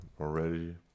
already